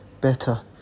better